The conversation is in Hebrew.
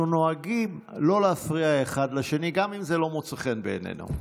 אנחנו נוהגים שלא להפריע אחד לשני גם אם זה לא מוצא חן בעינינו.